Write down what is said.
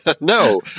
No